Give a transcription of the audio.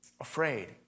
afraid